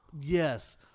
Yes